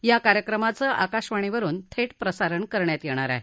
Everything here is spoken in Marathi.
या कार्यक्रमाचं आकाशवाणीवरुन थे घ्रसारण करण्यात येणार आहे